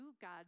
God